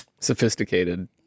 Sophisticated